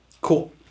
Cool